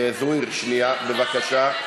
בבקשה.